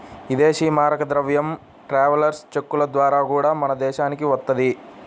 ఇదేశీ మారక ద్రవ్యం ట్రావెలర్స్ చెక్కుల ద్వారా గూడా మన దేశానికి వత్తది